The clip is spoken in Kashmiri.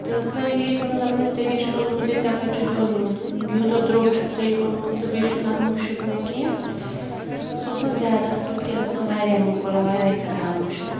تہٕ سٲری ٲسۍ وَنان دَپان ٲسۍ ژےٚ کیٛاہ چھُتھ اوٚنمُت یہِ ژےٚ کَتہِ چھُتھ یہِ اوٚنمُت یوٗتاہ درٛوٚگ چھُتھ ژےٚ یہِ اوٚنمُت تہٕ بیٚیہِ چھُنہٕ اَتھ مُشُک نہ کینٛہہ تہٕ سُہ اوس نہٕ زیادٕ اَصٕل کینٛہہ تَتھ اوس واریاہ موٚکُر واریاہ خراب مُشُک